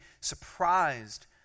surprised